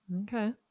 okay